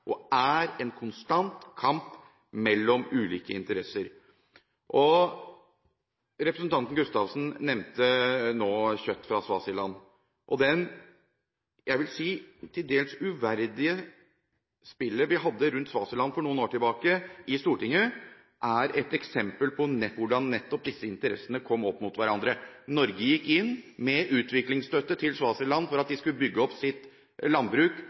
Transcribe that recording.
er – en konstant kamp mellom ulike interesser. Representanten Gustavsen nevnte nå kjøtt fra Swaziland. Det – jeg vil si til dels uverdige – spillet vi hadde rundt Swaziland for noen år tilbake i Stortinget, er et eksempel nettopp på hvordan disse interessene kommer opp mot hverandre. Norge gikk inn med utviklingsstøtte til Swaziland for at de skulle bygge opp sitt landbruk